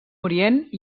orient